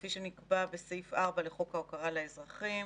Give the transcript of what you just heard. כפי שנקבע בסעיף 4 לחוק ההוקרה לאזרחים,